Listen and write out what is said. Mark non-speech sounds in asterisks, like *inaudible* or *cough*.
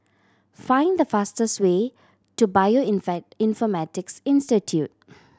find the fastest way to *unintelligible* infect *unintelligible* Institute